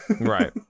Right